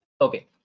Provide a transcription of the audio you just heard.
okay